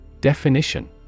Definition